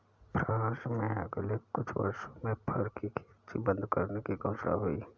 France में अगले कुछ वर्षों में फर की खेती बंद करने की घोषणा हुई है